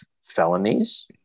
felonies